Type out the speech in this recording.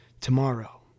tomorrow